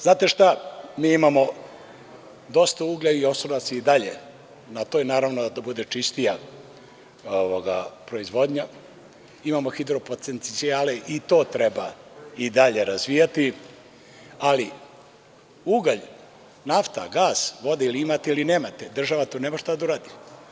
Znate šta, imamo dosta uglja i oslonac je i dalje na toj, naravno, da bude čistija proizvodnja, imamo hidro potencijale i to treba i dalje razvijati, ali, ugalj, nafta, gas, voda ili imate ili nemate, država tu nema šta da radi.